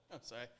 sorry